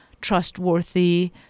trustworthy